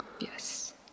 yes